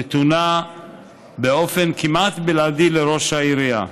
נתונה באופן כמעט בלעדי לראש העירייה.